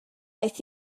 aeth